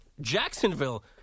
Jacksonville